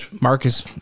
Marcus